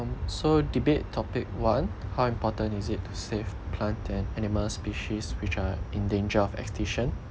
so debate topic one how important is it to save plant and animal species which are in danger of extinction